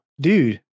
Dude